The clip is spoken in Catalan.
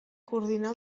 coordinar